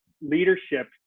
leadership